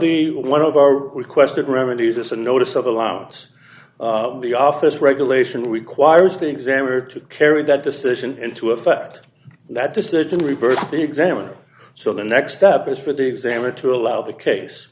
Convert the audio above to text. the one of our requested remedies is a notice of allowed the office regulation requires the examiner to carry that decision into effect that decision reversed the examiner so the next step is for the exam or to allow the case